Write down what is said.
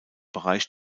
bereich